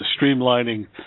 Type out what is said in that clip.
streamlining